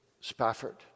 Spafford